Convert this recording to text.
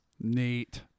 Neat